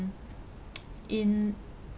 mm in